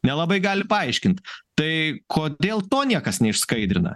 nelabai gali paaiškint tai kodėl to niekas neišskaidrina